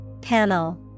Panel